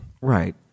Right